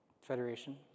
Federation